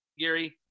Gary